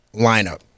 lineup